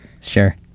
Sure